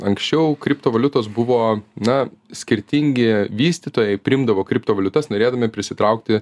anksčiau kriptovaliutos buvo na skirtingi vystytojai priimdavo kriptovaliutas norėdami prisitraukti